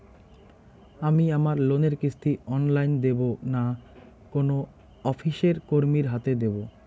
আমি আমার লোনের কিস্তি অনলাইন দেবো না কোনো অফিসের কর্মীর হাতে দেবো?